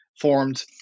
formed